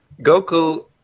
Goku